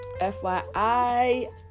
FYI